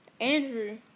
Andrew